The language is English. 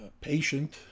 patient